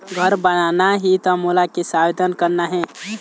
घर बनाना ही त मोला कैसे आवेदन करना हे?